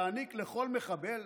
תעניק לכל מחבל,